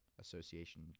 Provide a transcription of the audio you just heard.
association